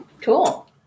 Cool